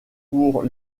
pour